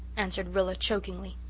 answered rilla chokingly.